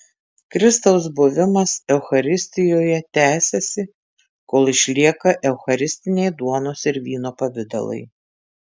kristaus buvimas eucharistijoje tęsiasi kol išlieka eucharistiniai duonos ir vyno pavidalai